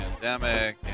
pandemic